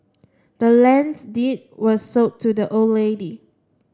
the land's deed was sold to the old lady